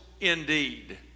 indeed